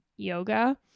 yoga